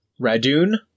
radun